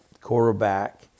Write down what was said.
quarterback